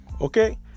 okay